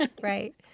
right